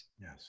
Yes